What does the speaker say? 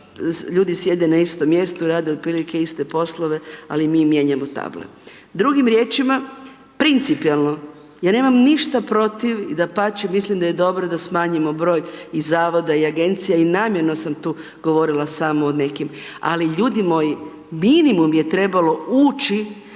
ljudi sjede na istom mjestu i rade otprilike iste poslove ali mi mijenjamo table. Drugim riječima, principijelno, ja nemam ništa protiv i dapače mislim da je dobro da smanjimo broj i zavoda i agencija i namjerno sam tu govorila samo o nekim. Ali ljudi moji, minimum je trebalo ući